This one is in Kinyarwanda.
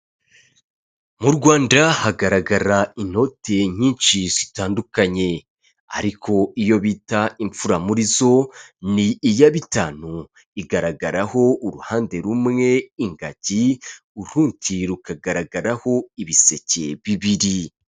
Mu Rwanda hagaragara inote nyinshi zitandukanye, ariko iyo bita imfura muri zo ni iya bitanu igaragaraho uruhande rumwe ingagi, urundi rukagaragaraho ibiseke bibiri.